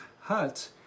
hut